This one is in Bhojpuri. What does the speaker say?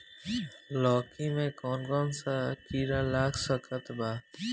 लौकी मे कौन कौन सा कीड़ा लग सकता बा?